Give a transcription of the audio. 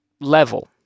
level